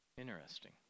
Interesting